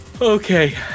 okay